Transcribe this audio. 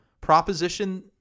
proposition